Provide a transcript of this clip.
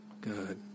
Good